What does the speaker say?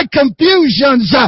confusions